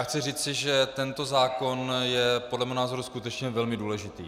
Chci říci, že tento zákon je podle mého názoru skutečně velmi důležitý.